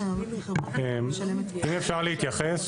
אם אפשר להתייחס.